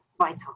vital